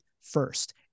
first